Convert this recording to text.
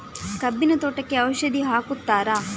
ಕಬ್ಬಿನ ತೋಟಕ್ಕೆ ಔಷಧಿ ಹಾಕುತ್ತಾರಾ?